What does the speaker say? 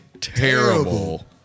Terrible